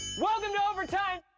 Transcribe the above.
welcome to overtime!